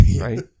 right